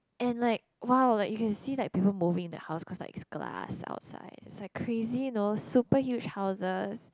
and like !wow! like you can see that people moving in the house cause like it is glass outside it's like crazy you know super huge houses